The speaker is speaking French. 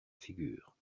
figure